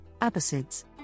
Abbasids